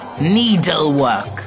needlework